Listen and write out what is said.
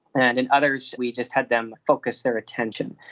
and in others we just had them focus their attention.